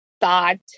thought